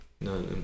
no